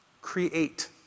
Create